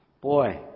Boy